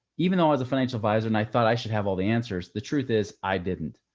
even though i was a financial advisor and i thought i should have all the answers, the truth is i didn't.